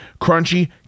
Crunchy